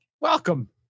welcome